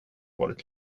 varit